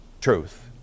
truth